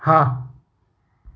હા